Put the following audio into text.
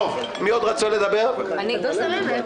אדוני היועץ